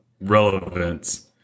relevance